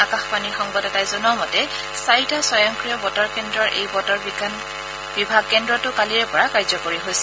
আকাশবাণীৰ সংবাদদাতাই জনোৱা মতে চাৰিটা স্বয়ংক্ৰিয় বতৰ কেন্দ্ৰৰ এই বতৰ বিজ্ঞান বিভাগ কেন্দ্ৰটো কালিৰে পৰা কাৰ্যকৰী হৈছে